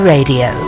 Radio